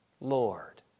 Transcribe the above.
Lord